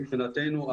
מבחינתנו,